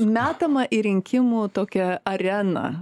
metama į rinkimų tokią areną